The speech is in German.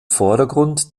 vordergrund